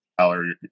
salary